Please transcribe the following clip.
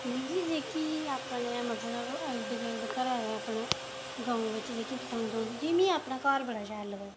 मिगी अपने जेह्की मतलब इर्द गिर्द घरै दे अपने गांव बिच जेह्की पसंद औंदी चीज़ मिगी अपना घर जेह्का बड़ा पसंद ऐ